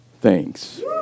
thanks